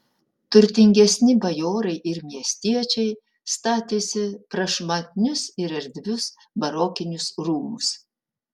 turtingesni bajorai ir miestiečiai statėsi prašmatnius ir erdvius barokinius rūmus